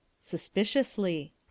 Suspiciously